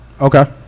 Okay